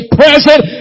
present